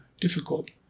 difficult